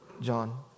John